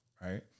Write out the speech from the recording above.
Right